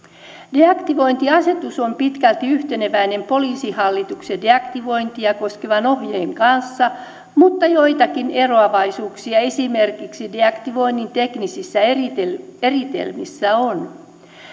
deaktivointiasetus on pitkälti yhteneväinen poliisihallituksen deaktivointia koskevan ohjeen kanssa mutta joitakin eroavaisuuksia esimerkiksi deaktivoinnin teknisissä eritelmissä eritelmissä on